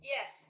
Yes